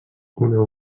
una